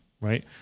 right